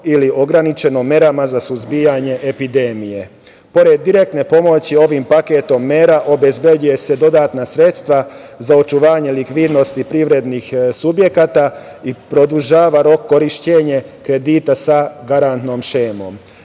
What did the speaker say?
ili ograničeno merama za suzbijanje epidemije. Pore direktne pomoći, ovim paketom mera obezbeđuju se dodatna sredstva za očuvanje likvidnosti privrednih subjekata i produžava rok korišćenja kredita sa garantnom šemom. Naša